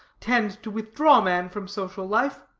tend to withdraw man from social life.